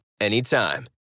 anytime